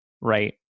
right